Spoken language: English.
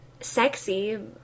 sexy